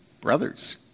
Brothers